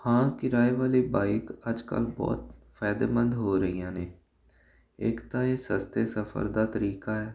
ਹਾਂ ਕਿਰਾਏ ਵਾਲੀ ਬਾਈਕ ਅੱਜ ਕੱਲ੍ਹ ਬਹੁਤ ਫਾਇਦੇਮੰਦ ਹੋ ਰਹੀਆਂ ਨੇ ਇੱਕ ਤਾਂ ਇਹ ਸਸਤੇ ਸਫਰ ਦਾ ਤਰੀਕਾ ਹੈ